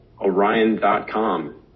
Orion.com